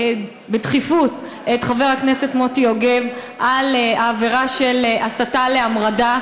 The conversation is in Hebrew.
בדחיפות את חבר הכנסת מוטי יוגב על עבירה של הסתה להמרדה.